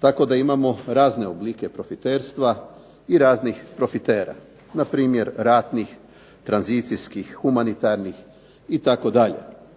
Tako da imamo razne oblike profiterstva i raznih profitera npr. ratnih, tranzicijskih, humanitarnih itd.